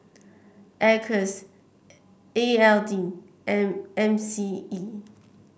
Acres E L D and M C E